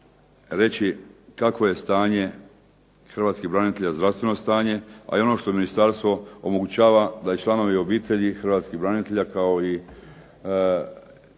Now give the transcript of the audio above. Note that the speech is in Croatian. reći kakvo je stanje hrvatskih branitelja, zdravstveno stanje, a i ono što ministarstvo omogućava da i članovi obitelji hrvatskih branitelja kao i budu kontrolirani